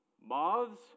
Moths